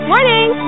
Morning